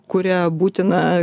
kurią būtina